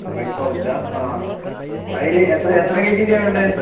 white ഫോറസ്റ്റാണോ അ അതിന് എത്ര കെജിൻ്റെ ആണ് വേണ്ടത്